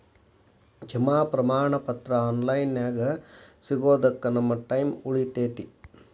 ಜಮಾ ಪ್ರಮಾಣ ಪತ್ರ ಆನ್ ಲೈನ್ ನ್ಯಾಗ ಸಿಗೊದಕ್ಕ ನಮ್ಮ ಟೈಮ್ ಉಳಿತೆತಿ